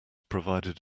provided